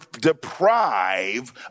deprive